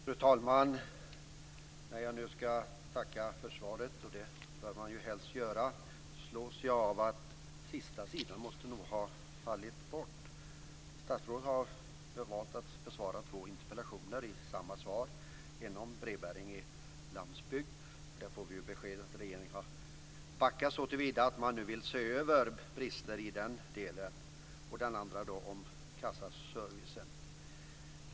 Fru talman! När jag nu ska tacka för svaret, som man helst bör göra, slås jag av att sista sidan måste ha fallit bort. Statsrådet har valt att besvara två interpellationer samtidigt. Den ena handlar om brevbäring i landsbygd. Där får vi beskedet att regeringen har backat, såtillvida att man nu vill se över brister i den delen. Den andra handlar om kassaservicen.